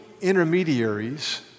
intermediaries